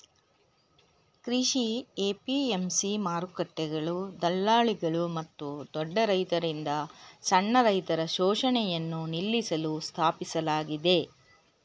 ಕೃಷಿ ಎ.ಪಿ.ಎಂ.ಸಿ ಮಾರುಕಟ್ಟೆಗಳು ದಳ್ಳಾಳಿಗಳು ಮತ್ತು ದೊಡ್ಡ ರೈತರಿಂದ ಸಣ್ಣ ರೈತರ ಶೋಷಣೆಯನ್ನು ನಿಲ್ಲಿಸಲು ಸ್ಥಾಪಿಸಲಾಗಿದೆ